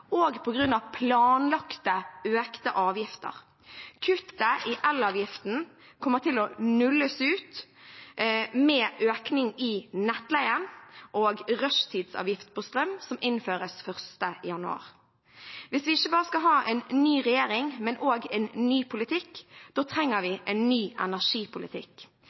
og på grunn av planlagte økte avgifter. Kuttet i elavgiften kommer til å nulles ut med økning i nettleien og rushtidsavgift på strøm, som innføres 1. januar. Hvis vi ikke bare skal ha en ny regjering, men også en ny politikk, trenger vi en ny energipolitikk.